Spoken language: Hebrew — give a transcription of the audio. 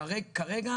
כרגע,